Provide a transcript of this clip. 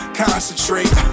concentrate